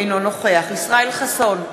אינו נוכח ישראל חסון,